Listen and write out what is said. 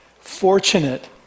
fortunate